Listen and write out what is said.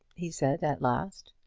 he said at last.